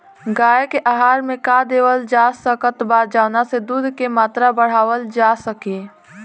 गाय के आहार मे का देवल जा सकत बा जवन से दूध के मात्रा बढ़ावल जा सके?